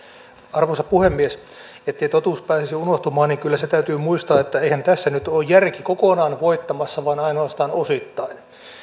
arvoisa puhemies ettei totuus pääsisi unohtumaan niin kyllä se täytyy muistaa että eihän tässä nyt ole järki kokonaan voittamassa vaan ainoastaan osittain